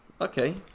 Okay